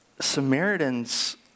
Samaritans